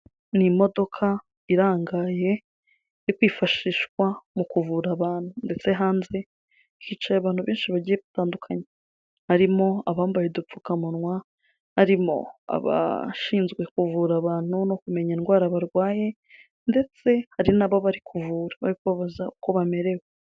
Ni imodoka irangaye iri kwifashishwa mu kuvura abantu, ndetse hanze hicaye abantu benshi bagiye batandukanye. Harimo abambaye udupfukamunwa, harimo abashinzwe kuvura abantu no kumenya indwara barwaye, ndetse hari na bo bari kuvura bari kubabaza uko bamerewe.